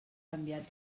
canviat